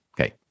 Okay